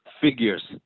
figures